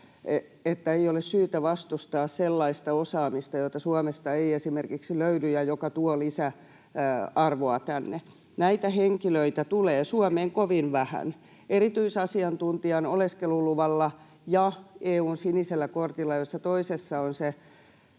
että ei ole syytä vastustaa sellaista osaamista, jota Suomesta ei esimerkiksi löydy ja joka tuo lisäarvoa tänne. Näitä henkilöitä tulee Suomeen kovin vähän. Erityisasiantuntijan oleskeluluvalla ja EU:n sinisellä kortilla, jossa toisessa on se